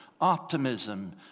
optimism